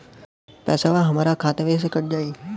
पेसावा हमरा खतवे से ही कट जाई?